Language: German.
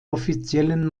offiziellen